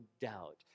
doubt